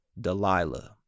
Delilah